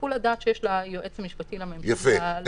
שיקול הדעת שיש ליועץ המשפטי --- יפה.